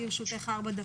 לרשותך ארבע דקות.